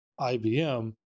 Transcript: IBM